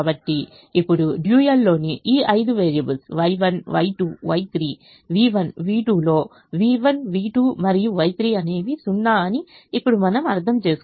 కాబట్టి ఇప్పుడుడ్యూయల్ లోని ఈ ఐదు variables Y1 Y2 Y3 v1 v2 లో v1 v2 మరియు Y3 అనేవి 0 అని ఇప్పుడు మనం అర్థం చేసుకున్నాము